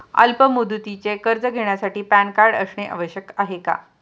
अल्प मुदतीचे कर्ज घेण्यासाठी पॅन कार्ड असणे आवश्यक आहे का?